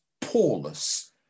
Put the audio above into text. Paulus